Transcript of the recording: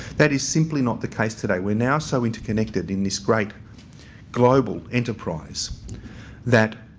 that is simply not the case today. we're now so interconnected in this great global enterprise that